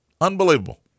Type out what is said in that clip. Unbelievable